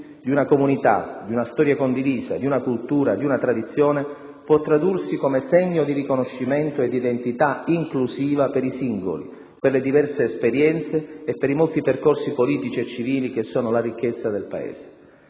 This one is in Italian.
di una comunità, di una storia condivisa, di una cultura, di una tradizione, può tradursi come segno di riconoscimento e di identità inclusiva per i singoli, per le diverse esperienze e per i molti percorsi politici e civili che sono la ricchezza del Paese.